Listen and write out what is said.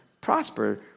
prosper